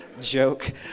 Joke